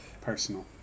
personal